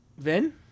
Vin